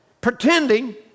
pretending